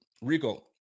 Rico